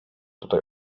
tutaj